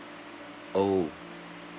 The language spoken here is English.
oh